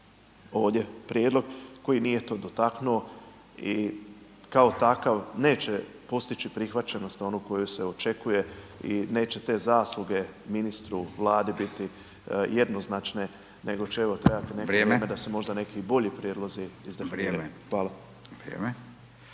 ovdje prijedlog koji nije to dotaknuo i kao takav neće postići prihvaćenost onu koju se očekuje i neće te zasluge ministru, Vladi biti jednoznačne nego će evo trajati …/Upadica: Vrijeme/…neko vrijeme da se možda neki i bolji prijedlozi izdefiniraju.